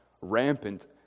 rampant